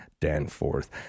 Danforth